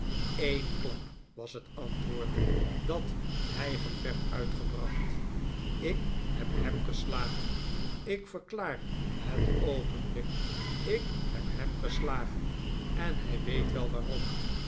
een klap was het antwoord dat hijgend werd uitgebracht i k heb hem geslagen ik verklaar het openlijk ik heb hem geslagen en hij weet wel waarom